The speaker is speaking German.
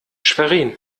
schwerin